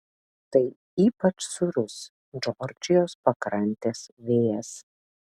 tai ypač sūrus džordžijos pakrantės vėjas